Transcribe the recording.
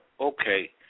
okay